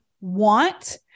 want